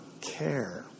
care